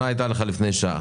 לכן לוקח לנו זמן לעשות את זה.